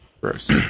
gross